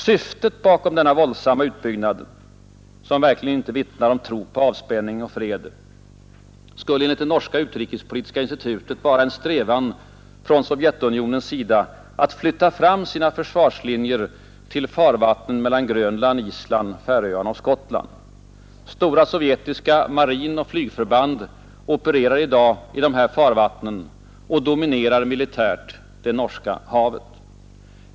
Syftet bakom denna våldsamma utbyggnad, som verkligen inte vittnar om tro på avspänning och fred, skulle enligt det norska utrikespolitiska institutet vara en strävan från Sovjetunionens sida att flytta fram sina försvarslinjer till farvattnen mellan Grönland, Island, Färöarna och Skottland. Stora sovjetiska marinoch flygförband opererar i dag i de här farvattnen och dominerar militärt det norska havet.